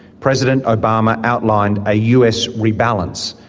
president obama outlined a us rebalance,